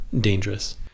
dangerous